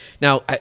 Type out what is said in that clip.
Now